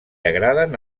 agraden